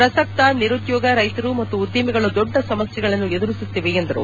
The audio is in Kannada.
ಪ್ರಸಕ್ತ ನಿರುದ್ಯೋಗ ರೈತರು ಹಾಗೂ ಉದ್ದಿಮೆಗಳು ದೊಡ್ಡ ಸಮಸ್ಯೆಗಳನ್ನು ಎದುರಿಸುತ್ತಿವೆ ಎಂದರು